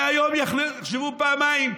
מהיום יחשבו פעמיים,